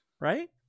Right